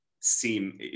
seem